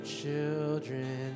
children